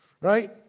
Right